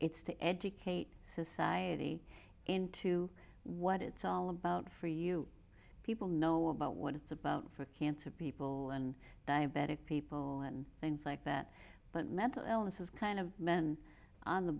it's to educate society into what it's all about for you people know about what it's about for cancer people and diabetic people and things like that but mental illness is kind of men on the